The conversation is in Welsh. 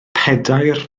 pedair